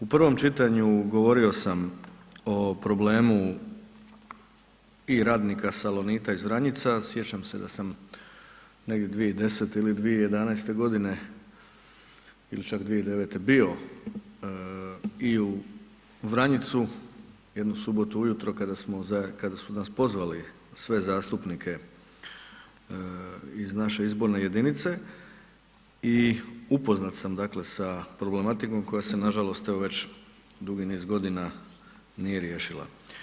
U prvom čitanju govorio sam o problemu i radnika Salonita iz Vranjica, sjećam se da sam negdje 2010. ili 2011.g. ili čak 2009. bio i u Vranjicu, jednu subotu ujutro kada smo, kada su nas pozvali sve zastupnike iz naše izborne jedinice i upoznat sam dakle sa problematikom koja se nažalost evo već dugi niz godina nije riješila.